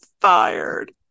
fired